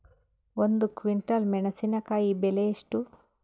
ಒಂದು ಕ್ವಿಂಟಾಲ್ ಮೆಣಸಿನಕಾಯಿ ಬೆಲೆ ಎಷ್ಟು?